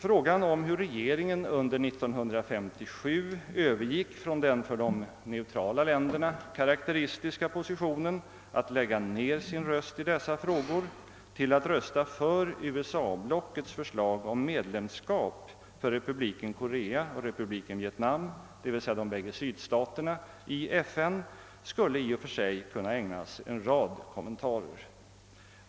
Frågan om hur regeringen under 1957 övergick från den för de neutrala länderna karakteristiska positionen att lägga ned sin röst i dessa frågor till att rösta för USA-blockets förslag om medlemskap för republiken Korea och republiken Vietnam, d.v.s. de bägge sydstaterna, i FN skulle i och för sig kunna ägnas en rad kommentarer.